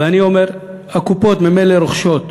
אני אומר, הקופות ממילא רוכשות,